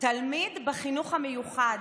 תלמיד בחינוך המיוחד,